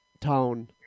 town